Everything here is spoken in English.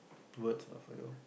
towards my